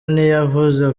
ntiyavuze